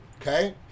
okay